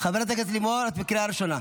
חברת הכנסת לימור, את בקריאה ראשונה.